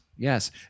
Yes